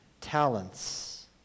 talents